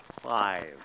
Five